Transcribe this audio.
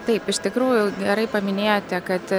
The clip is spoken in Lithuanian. taip iš tikrųjų gerai paminėjote kad